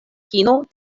kino